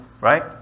Right